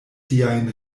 siajn